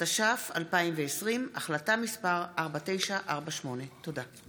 התש"ף 2020, החלטה מס' 4948. תודה.